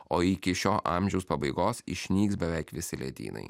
o iki šio amžiaus pabaigos išnyks beveik visi ledynai